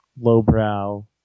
low-brow